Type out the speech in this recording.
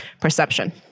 perception